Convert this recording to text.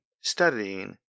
studying